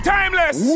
Timeless